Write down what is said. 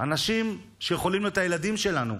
אנשים שיכולים להיות הילדים שלנו.